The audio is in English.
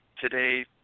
today